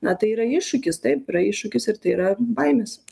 na tai yra iššūkis taip yra iššūkis ir tai yra baimės